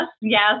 yes